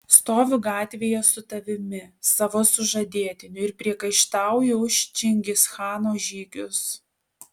stoviu gatvėje su tavimi savo sužadėtiniu ir priekaištauju už čingischano žygius